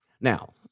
Now